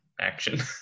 action